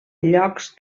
llocs